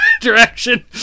direction